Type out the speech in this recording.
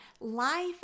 Life